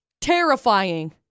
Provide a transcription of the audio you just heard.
Terrifying